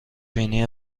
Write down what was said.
بینی